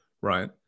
right